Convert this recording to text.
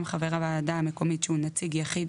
גם חבר הוועדה המקומית שהוא נציג יחיד